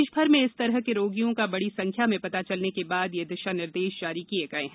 देश भर में इस तरह के रोगियों का बड़ी संख्यां में पता चलने के बाद ये दिशानिर्देश जारी किए गए हैं